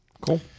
Cool